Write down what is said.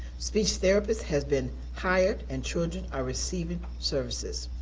speech therapist has been hired and children are receiving services.